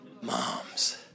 moms